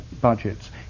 budgets